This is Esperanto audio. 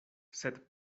sed